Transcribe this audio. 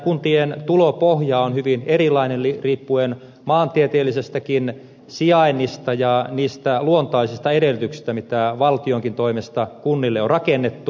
kuntien tulopohja on hyvin erilainen riippuen maantieteellisestäkin sijainnista ja niistä luontaisista edellytyksistä mitä valtionkin toimesta kunnille on rakennettu